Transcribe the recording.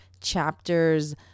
Chapters